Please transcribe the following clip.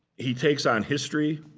he takes on history.